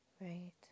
Right